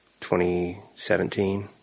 2017